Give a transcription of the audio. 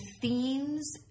themes